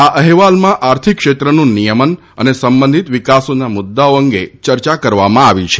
આ અહેવાલમાં આર્થિક ક્ષેત્રનું નિયમન અને સંબંઘિત વિકાસોના મુદ્દાઓ અંગે ચર્ચા કરવામાં આવી છે